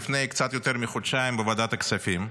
לפני קצת יותר מחודשיים בוועדת הכספים,